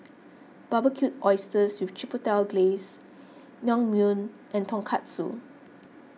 Barbecued Oysters with Chipotle Glaze Naengmyeon and Tonkatsu